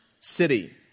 city